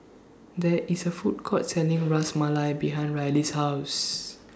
There IS A Food Court Selling Ras Malai behind Rylee's House